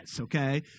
okay